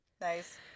Nice